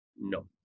No